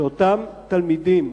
שאותם תלמידים,